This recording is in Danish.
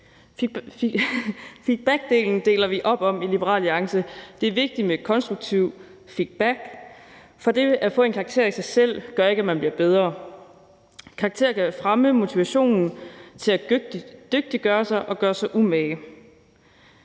Feedbackdelen støtter vi op om i Liberal Alliance. Det er vigtigt med konstruktiv feedback, for det at få en karakter gør ikke i sig selv, at man bliver bedre. Karakterer kan fremme motivationen til at dygtiggøre sig og gøre sig umage.